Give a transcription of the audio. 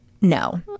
no